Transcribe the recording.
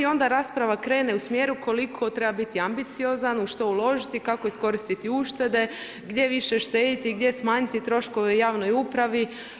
Onda rasprava krene u smjeru koliko treba biti ambiciozan, u što uložiti, kako iskoristiti uštede, gdje više štediti, gdje smanjiti troškove javnoj upravi.